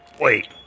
Wait